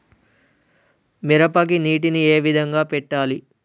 మిరపకి నీటిని ఏ విధంగా పెట్టాలి?